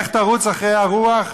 לך תרוץ אחרי הרוח.